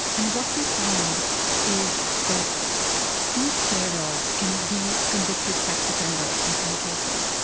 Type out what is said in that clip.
and what we find is that these carers can be convicted sex offenders in some cases.